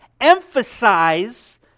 emphasize